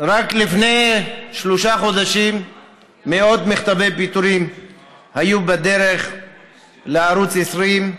רק לפני שלושה חודשים מאות מכתבי פיטורים היו בדרך לערוץ 20,